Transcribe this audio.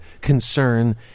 concern